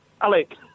Alec